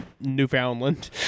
Newfoundland